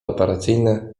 operacyjne